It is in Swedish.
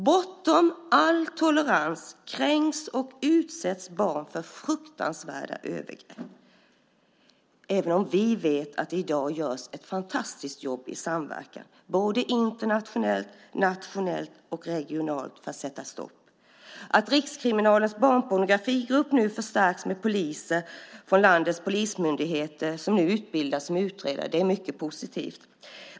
Bortom all tolerans kränks och utsätts barn för fruktansvärda övergrepp, även om vi vet att det i dag görs ett fantastiskt jobb i samverkan, både internationellt och nationellt och regionalt, för att sätta stopp för detta. Att rikskriminalens barnpornografigrupp nu förstärks med poliser från landets polismyndigheter som utbildas till utredare är mycket positivt.